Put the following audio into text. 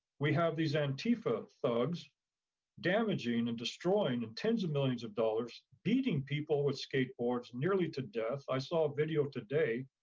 we have these antifa thugs damaging and destroying ten s of millions of dollars, beating people with skateboards nearly to death. i saw a video today.